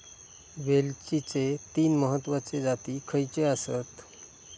वेलचीचे तीन महत्वाचे जाती खयचे आसत?